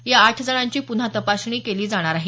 या आठ जणांची पुन्हा तपासणी केली जाणार आहे